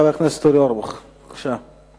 חבר הכנסת אורי אורבך, בבקשה.